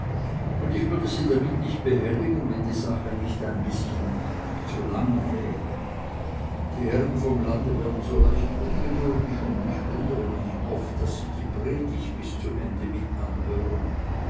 und ich würde sie damit behelligen wenn die sache nicht ein bißchen zu lang wäre die herren vom lande werden so leicht ungeduldig und ich wundere mich oft daß sie die predigt bis zu ende mit anhören